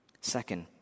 Second